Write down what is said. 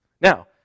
Now